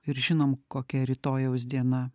ir žinom kokia rytojaus diena